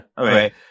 Okay